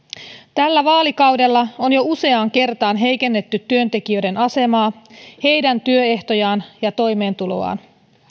tällä vaalikaudella on jo useaan kertaan heikennetty työntekijöiden asemaa heidän työehtojaan ja toimeentuloaan